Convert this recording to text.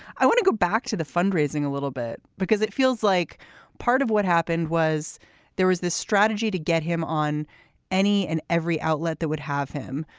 i want to go back to the fundraising a little bit because it feels like part of what happened was there was this strategy to get him on any and every outlet that would have him.